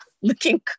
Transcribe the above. looking